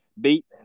beat